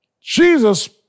Jesus